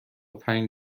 پنج